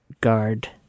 guard